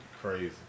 crazy